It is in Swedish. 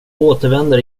återvänder